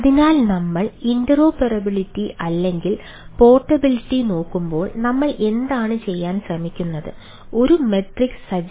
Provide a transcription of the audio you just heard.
അതിനാൽ നമ്മൾ ഇന്റർഓപ്പറബിളിറ്റി ആണ്